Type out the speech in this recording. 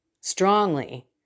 strongly